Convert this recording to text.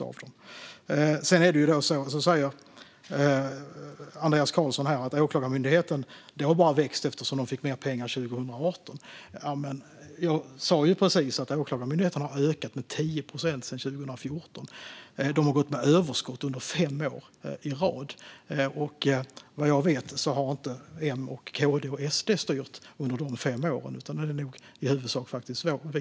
Andreas Carlson säger att Åklagarmyndigheten har växt tack vare att de fick mer pengar 2018. Jag sa precis att Åklagarmyndigheten har ökat med 10 procent sedan 2014 och har gått med överskott fem år i rad. Vad jag vet har inte M, KD och SD styrt under dessa fem år, utan det har i huvudsak vi.